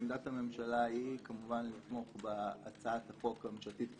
שעמדת הממשלה היא כמובן לתמוך בהצעת החוק הממשלתית,